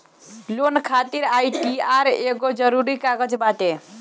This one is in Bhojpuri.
लोन खातिर आई.टी.आर एगो जरुरी कागज बाटे